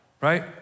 right